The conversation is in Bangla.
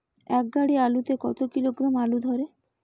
এক গাড়ি আলু তে কত কিলোগ্রাম আলু ধরে?